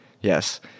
Yes